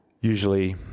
usually